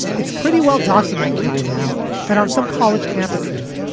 it's pretty well documented by now that on some college campuses,